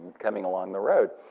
coming along the road.